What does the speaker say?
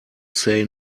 say